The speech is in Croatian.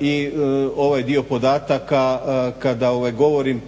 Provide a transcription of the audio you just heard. i ovaj dio podataka kada govorim